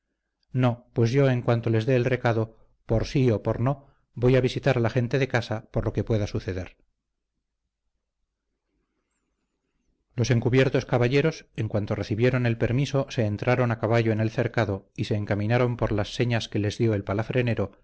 no pues yo en cuanto les dé el recado por sí o por no voy a avisar a la gente de casa por lo que pueda suceder los encubiertos caballeros en cuanto recibieron el permiso se entraron a caballo en el cercado y se encaminaron por las señas que les dio el